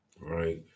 right